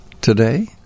today